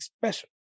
special